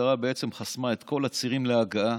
המשטרה בעצם חסמה את כל הצירים להגעה,